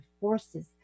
forces